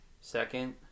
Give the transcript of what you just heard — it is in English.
second